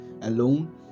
alone